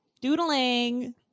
doodling